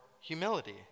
humility